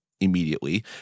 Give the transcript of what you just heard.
immediately